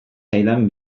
zaidan